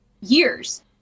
years